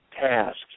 tasks